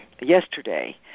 yesterday